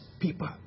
people